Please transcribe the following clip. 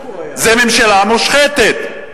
זו ממשלה מושחתת.